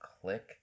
click